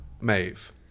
Maeve